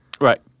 Right